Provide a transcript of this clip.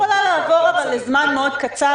--- היא יכולה לעבור אבל לזמן מאוד קצר,